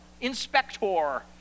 inspector